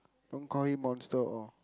don't call him monster hor